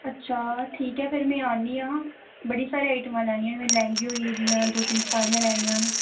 अच्छा ठीक ऐ फिर में आनी आं बड़ी सारियां आइटमां लैनियां न में लैहंगे होई गे जियां दो तिन साड़ियां लैनियां न